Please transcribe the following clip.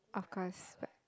of course but